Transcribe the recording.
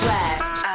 West